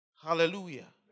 Hallelujah